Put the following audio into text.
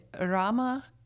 Rama